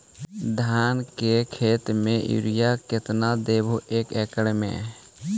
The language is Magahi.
धान के खेत में युरिया केतना देबै एक एकड़ में?